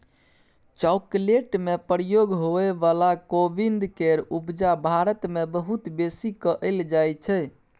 chocolate में प्रयोग होइ बला कोविंद केर उपजा भारत मे बहुत बेसी कएल जाइ छै